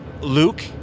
Luke